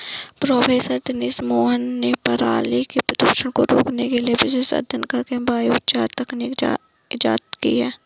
professor Dinesh Mohan ने पराली के प्रदूषण को रोकने के लिए विशेष अध्ययन करके बायोचार तकनीक इजाद की है